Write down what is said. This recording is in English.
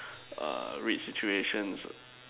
err read situations